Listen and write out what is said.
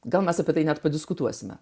gal mes apie tai net padiskutuosime